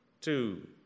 Two